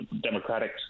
democratic